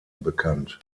bekannt